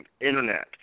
Internet